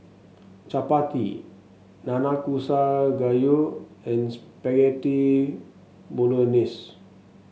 Chapati Nanakusa Gayu and Spaghetti Bolognese